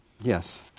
Yes